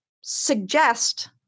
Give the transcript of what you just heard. suggest